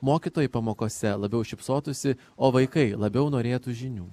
mokytojai pamokose labiau šypsotųsi o vaikai labiau norėtų žinių